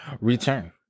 return